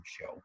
show